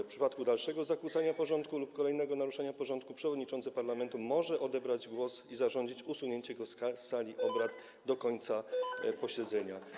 W przypadku dalszego zakłócania porządku lub kolejnego naruszenia porządku przewodniczący Parlamentu może odebrać mu głos i zarządzić usunięcie go z sali obrad do końca posiedzenia.